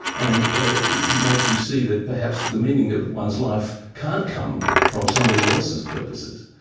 and it makes you see that perhaps the meaning of one's life can't come from somebody else's purposes.